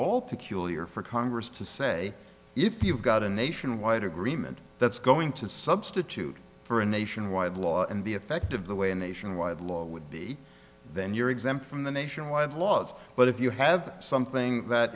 peculiar for congress to say if you've got a nationwide agreement that's going to substitute for a nationwide law and be effective the way a nationwide law would be then you're exempt from the nationwide laws but if you have something that